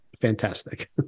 fantastic